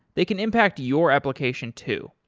they can impact your application too.